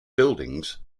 buildings